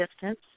distance